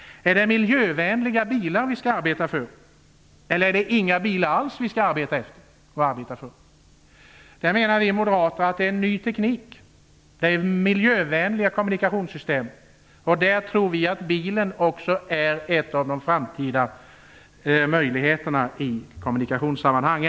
Är det miljövänliga bilar eller inga bilar alls som vi skall arbeta för? Vi moderater menar att det behövs en ny teknik och miljövänliga kommunikationssystem, och vi tror att bilen är en av de framtida möjligheterna i kommunikationssammanhang.